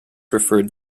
referred